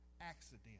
accident